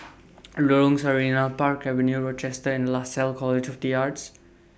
Lorong Sarina Park Avenue Rochester and Lasalle College of The Arts